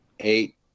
eight